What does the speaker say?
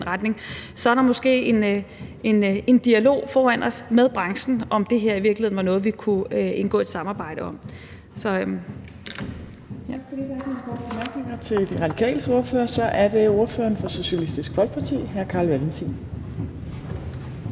retning, så er der måske en dialog med branchen foran os, i forhold til om det her i virkeligheden var noget, vi kunne indgå et samarbejde om.